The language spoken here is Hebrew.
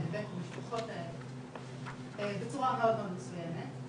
ואת המשפחות האלה בצורה מאוד מאוד מסוימת,